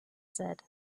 said